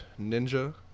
Ninja